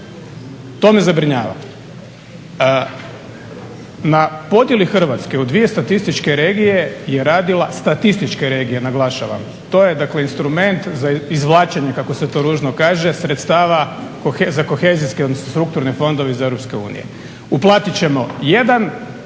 To me zabrinjava. Na podjeli Hrvatske u dvije statističke regije je radila je statističke regije naglašavam, to je dakle instrument za izvlačenje kako se to ružno kaže sredstava za kohezijske odnosno strukturne fondove iz EU. Uplatit ćemo jedan,